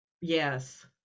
Yes